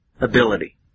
ability